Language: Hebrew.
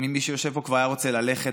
מי שיושב פה כבר היה רוצה ללכת,